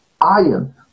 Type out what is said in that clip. iron